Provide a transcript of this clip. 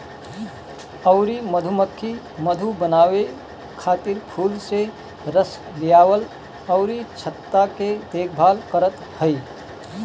अउरी मधुमक्खी मधु बनावे खातिर फूल से रस लियावल अउरी छत्ता के देखभाल करत हई